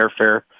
airfare